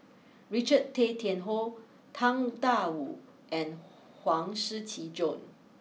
Richard Tay Tian Hoe Tang Da Wu and Huang Shiqi Joan